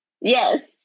yes